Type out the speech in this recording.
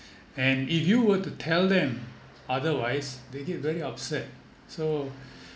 and if you were to tell them otherwise they get very upset so